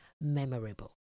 memorable